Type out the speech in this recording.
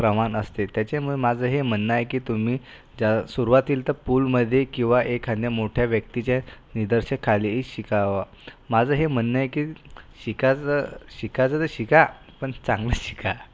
प्रमाण असते त्याच्यामुळे माझं हे म्हणणं आहे की तुम्ही ज्या सुरुवातीला तर पूलमध्ये किंवा एखाद्या मोठ्या व्यक्तीच्या निदर्शाखाली शिकावं माझं हे म्हणणं आहे की शिकायचं शिकायचं तर शिका पण चांगलं शिका